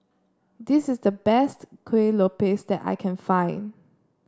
this is the best Kueh Lopes that I can find